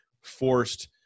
forced